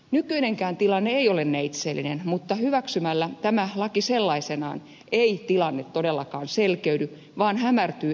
nykyinenkään tilanne ei ole neitseellinen mutta hyväksymällä tämä laki sellaisenaan ei tilanne todellakaan selkeydy vaan hämärtyy edelleen